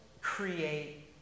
create